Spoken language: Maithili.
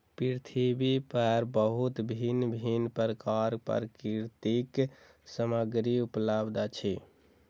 पृथ्वी पर बहुत भिन्न भिन्न प्रकारक प्राकृतिक सामग्री उपलब्ध अछि